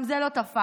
גם זה לא תפס.